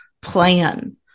plan